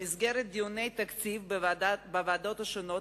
במסגרת דיוני התקציב בוועדות השונות,